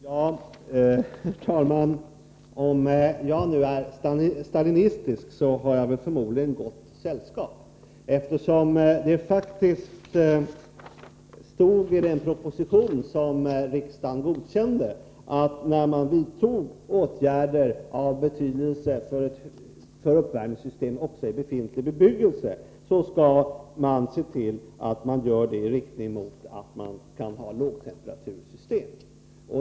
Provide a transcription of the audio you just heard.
Herr talman! Om jag nu är stalinistisk har jag förmodligen gott sällskap. Det står faktiskt i den proposition som riksdagen godkände, att när man vidtar åtgärder av betydelse för uppvärmningssystem i befintlig bebyggelse, skall man se till att det görs på ett sätt som tillåter lågtemperatursystem.